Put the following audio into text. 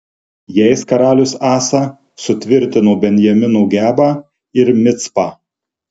jais karalius asa sutvirtino benjamino gebą ir micpą